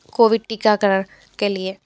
Covid टीकाकरण के लिए